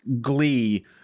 glee